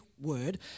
word